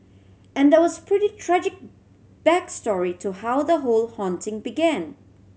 and there was pretty tragic back story to how the whole haunting began